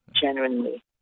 genuinely